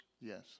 Yes